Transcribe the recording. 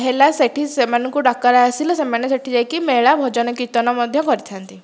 ହେଲା ସେଠି ସେମାନଙ୍କୁ ଡକରା ଆସିଲେ ସେମାନେ ସେଠି ଯାଇକି ମେଳା ଭଜନ କୀର୍ତ୍ତନ ମଧ୍ୟ କରିଥାନ୍ତି